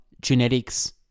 genetics